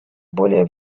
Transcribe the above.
более